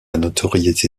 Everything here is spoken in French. notoriété